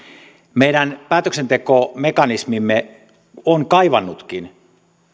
meidän päätöksentekomekanismimme on kaivannutkin